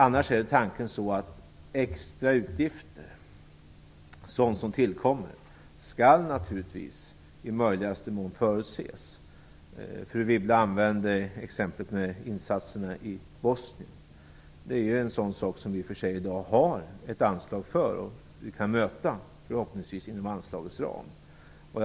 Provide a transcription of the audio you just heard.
Annars är tanken att extra utgifter som tillkommer naturligtvis i möjligaste mån skall förutses. Fru Wibble använde som exempel insatserna i Bosnien. Det är en sådan utgift som vi i dag i och för sig har ett särskilt anslag för och som vi förhoppningsvis inom anslagets ram kan möta.